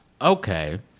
okay